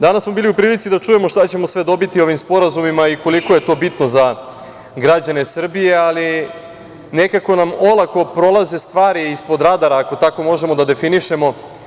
Danas smo bili u prilici da čujemo šta ćemo sve dobiti ovim sporazumima i koliko je to bitno za građane Srbije, ali nekako nam olako prolaze stvari ispod radara, ako tako možemo da definišemo.